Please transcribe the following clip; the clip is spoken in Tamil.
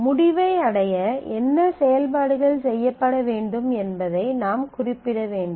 முடிவை அடைய என்ன செயல்பாடுகள் செய்யப்பட வேண்டும் என்பதை நாம் குறிப்பிட வேண்டும்